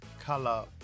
color